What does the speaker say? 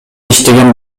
иштеген